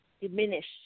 diminish